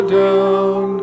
down